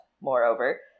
moreover